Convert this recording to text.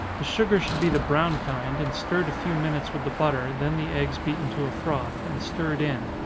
the sugar should be the brown kind, and stirred a few minutes with the butter, then the eggs beaten to a froth, and stirred in.